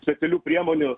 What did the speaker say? specialių priemonių